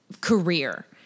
career